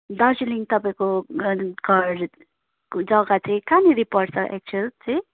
दार्जिलिङ तपाईँको घर घर जग्गा चाहिँ कहाँनिर पर्छ एक्चुवल चाहिँ